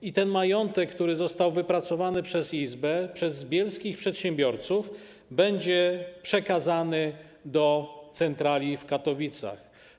I ten majątek, który został wypracowany przez izbę, przez bielskich przedsiębiorców, będzie przekazany do centrali w Katowicach.